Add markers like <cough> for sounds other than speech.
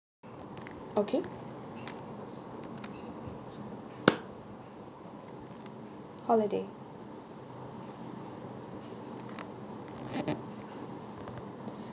okay <noise> holiday